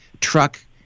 truck